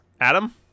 Adam